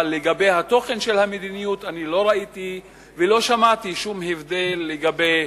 אבל לגבי התוכן של המדיניות אני לא ראיתי ולא שמעתי שום הבדל לגבי,